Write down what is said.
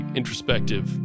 introspective